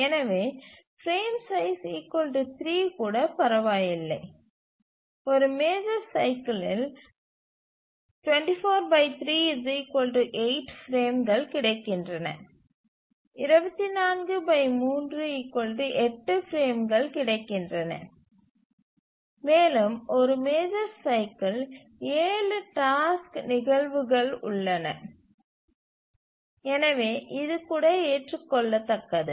எனவே frame size 3 கூட பரவாயில்லை ஒரு மேஜர் சைக்கிலில் 243 8 பிரேம்கள் கிடைக்கின்றன மேலும் ஒரு மேஜர் சைக்கிலில் 7 டாஸ்க் நிகழ்வுகள் உள்ளன எனவே இது கூட ஏற்றுக்கொள்ளத்தக்கது